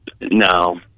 no